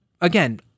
again